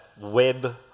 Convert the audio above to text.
web